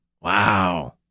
Wow